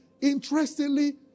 interestingly